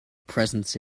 presence